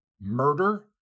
murder